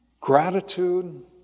gratitude